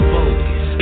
Focus